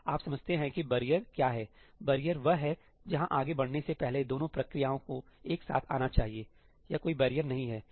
आप समझते हैं कि बैरियर क्या है बैरियर वह है जहां आगे बढ़ने से पहले दोनों प्रक्रियाओं को एक साथ आना चाहिए यह कोई बैरियर नहीं है